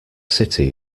city